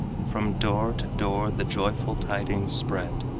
from door to door the joyful tidings spread,